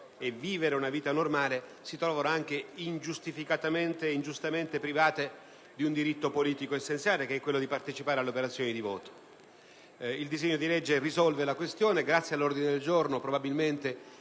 e vivere una vita normale si sono trovate anche ingiustificatamente ed ingiustamente private di un diritto politico essenziale, che è quello di partecipare alle operazioni di voto. Il disegno di legge risolve la questione. Probabilmente grazie all'ordine del giorno G100 e